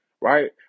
right